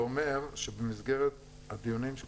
זה אומר שבמסגרת הדיונים,